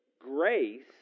Grace